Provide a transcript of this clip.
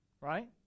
right